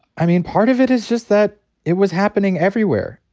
i mean, part of it is just that it was happening everywhere.